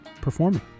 performing